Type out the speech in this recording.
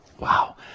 Wow